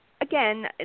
again